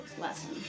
lesson